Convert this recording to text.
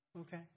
Okay